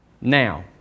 now